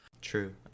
True